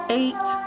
eight